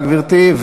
תודה רבה, גברתי.